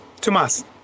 Tomas